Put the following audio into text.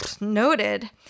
noted